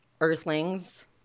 Earthlings